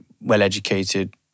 well-educated